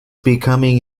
becoming